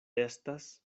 estas